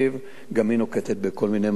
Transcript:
גם היא נוקטת כל מיני מהלכים,